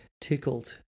tickled